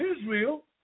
Israel